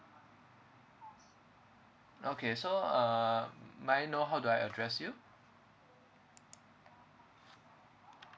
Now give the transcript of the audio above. okay so um may I know how do I address you